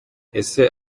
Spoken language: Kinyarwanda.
ese